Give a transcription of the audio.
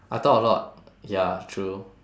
I talk a lot ya true